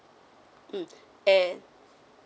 mm and